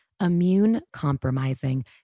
immune-compromising